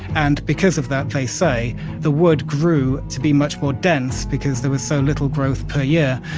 and because of that, they say the wood grew to be much more dense because there was so little growth per year,